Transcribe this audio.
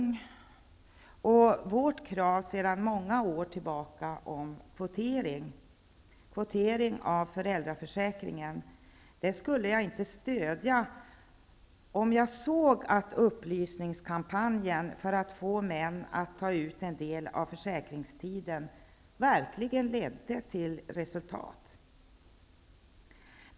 Jag skulle inte stödja vårt krav sedan många år tillbaka om kvotering av föräldraförsäkringen om jag såg att upplysningskampanjen för att förmå män att ta ut en del av försäkringstiden verkligen ledde till resultat.